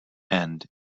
and